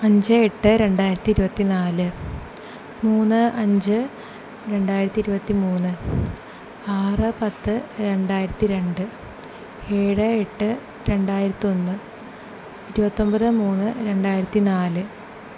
അഞ്ച് എട്ട് രണ്ടായിരത്തി ഇരുപത്തി നാല് മൂന്ന് അഞ്ച് രണ്ടായിരത്തി ഇരുവത്തി മൂന്ന് ആറ് പത്ത് രണ്ടായിരത്തി രണ്ട് ഏഴ് എട്ട് രണ്ടായിരത്തി ഒന്ന് ഇരുവത്തൊൻപത് മൂന്ന് രണ്ടായിരത്തി നാല്